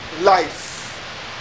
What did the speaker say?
Life